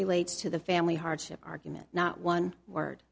relates to the family hardship argument not one word